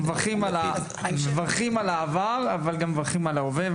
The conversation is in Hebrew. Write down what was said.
אנחנו מברכים על העבר ועל ההווה.